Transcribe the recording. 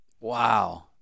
Wow